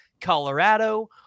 Colorado